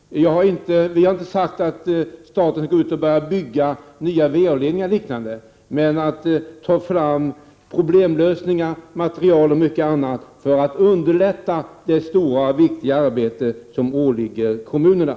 Vi har inte sagt att staten skall gå ut och börja bygga nya VA-ledningar och liknande, men staten bör genom ökad forskning ta fram problemlösningar, nya material och mycket annat för att underlätta det stora och viktiga arbete som åligger kommunerna.